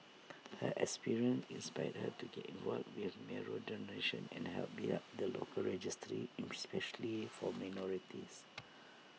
her experience inspired her to get involved with marrow donation and help build up the local registry especially for minorities